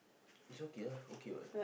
it's okay ah okay what